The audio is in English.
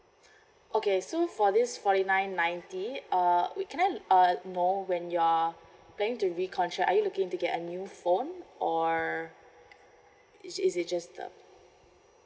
okay so for this forty nine ninety uh we can I uh know when you are planning to re-contract are you looking in to get a new phone or is it is it just the